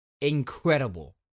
incredible